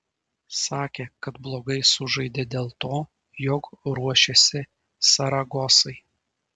sakė kad blogai sužaidė dėl to jog ruošėsi saragosai